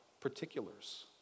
particulars